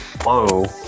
Hello